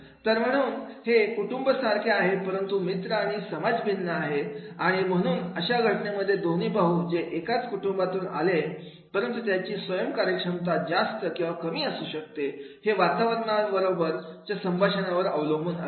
तर म्हणून हुं कुटुंब सारखे आहे परंतु मित्र आणि समाज भिन्न आहेत आणि म्हणून अशा घटनेमध्ये दोन्ही भाऊ जे एकाच कुटुंबातून आलेले परंतु त्यांची स्वयम कार्यक्षमता जास्त किंवा कमी असू शकतेहे वातावरणाबरोबर च्या संभाषणावर अवलंबून असते